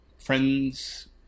friends